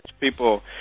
people